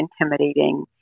intimidating